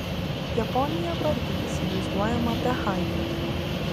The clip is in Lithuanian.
japonija vargiai įsivaizduojama be haiku